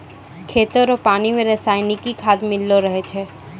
खेतो रो पानी मे रसायनिकी खाद मिल्लो रहै छै